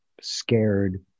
scared